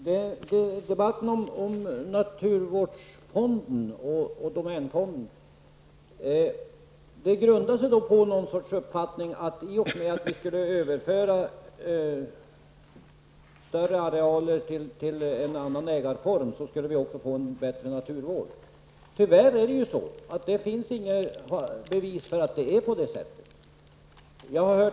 Fru talman! Debatten om naturvårdsfonden och domänfonden grundar sig på en uppfattning att vi skulle få bättre naturvård i och med att vi överförde arealerna till en annan ägarform. Tyvärr finns det inget bevis för att det är så.